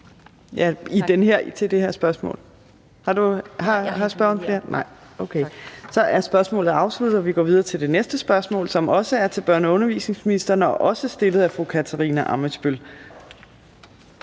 har ikke mere. Kl. 15:24 Fjerde næstformand (Trine Torp): Så er spørgsmålet afsluttet. Vi går videre til det næste spørgsmål, som også er til børne- og undervisningsministeren og også stillet af fru Katarina Ammitzbøll.